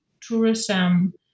tourism